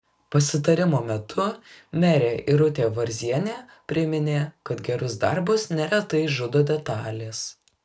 pasitarimo metu merė irutė varzienė priminė kad gerus darbus neretai žudo detalės